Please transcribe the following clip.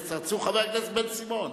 בן-סימון,